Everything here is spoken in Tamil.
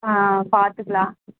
ஆ பார்த்துக்கலாம்